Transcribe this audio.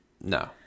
No